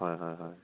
হয় হয় হয়